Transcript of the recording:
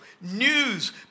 news